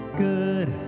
good